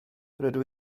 rydw